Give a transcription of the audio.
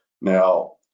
Now